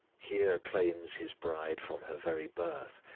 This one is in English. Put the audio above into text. here claims his bride from her very birth,